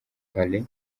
parrain